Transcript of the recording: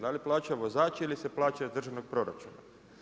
Da li plaća vozač ili se plaća iz državnog proračuna?